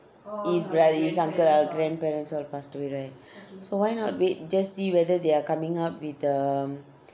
his brother his uncle grandparents all passed away right so why not wait just see whether they are coming up with um